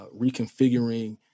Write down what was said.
reconfiguring